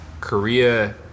Korea